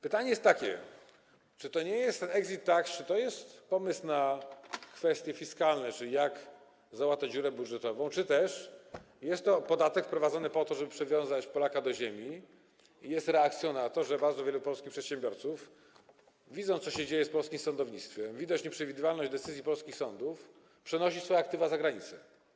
Pytanie jest takie, jeśli chodzi o ten exit tax, czy to jest pomysł związany z kwestiami fiskalnymi, czyli jak załatać dziurę budżetową, czy też jest to podatek wprowadzony po to, żeby przywiązać Polaka do ziemi, i jest reakcją na to, że bardzo wielu polskich przedsiębiorców, widząc, co się dzieje z polskim sądownictwem, widząc nieprzewidywalność decyzji polskich sądów, przenosi swoje aktywa za granicę?